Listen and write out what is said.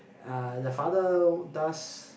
uh the father does